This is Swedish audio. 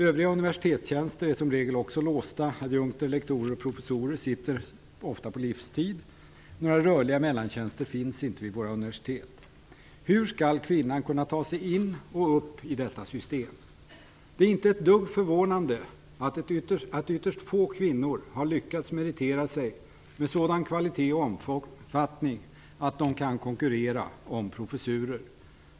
Övriga universitetstjänster är som regel också låsta. Adjunkter, lektorer och professorer sitter ofta på livstid. Några rörliga mellantjänster finns inte vid våra universitet. Hur skall kvinnan då kunna ta sig in i och upp i detta system? Det är inte ett dugg förvånande att ytterst få kvinnor har lyckats meritera sig med sådan kvalitet och omfattning att de kan konkurrera om professurer.